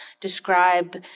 describe